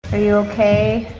are you okay?